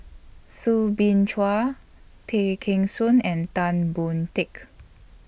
Soo Bin Chua Tay Kheng Soon and Tan Boon Teik